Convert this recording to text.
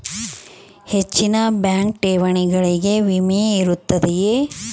ಹೆಚ್ಚಿನ ಬ್ಯಾಂಕ್ ಠೇವಣಿಗಳಿಗೆ ವಿಮೆ ಇರುತ್ತದೆಯೆ?